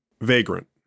Vagrant